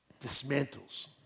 dismantles